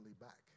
back